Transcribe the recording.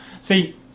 See